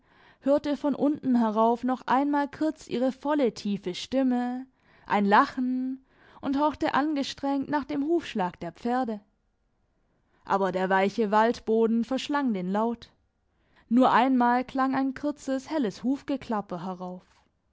hörte von unten herauf noch einmal kurz ihre volle riefetiefeme ein lachen und horchte angestrengt nach dem hufschlag der pferde aber der weiche waldboden verschlang den laut nur einmal klang ein kurzes helles hufgeklapper herauf